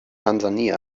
tansania